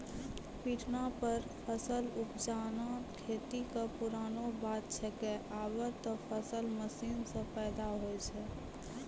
पिटना पर फसल उपजाना खेती कॅ पुरानो बात छैके, आबॅ त फसल मशीन सॅ पैदा होय छै